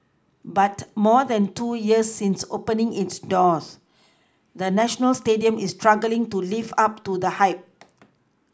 but more than two years since opening its doors the national Stadium is struggling to live up to the hype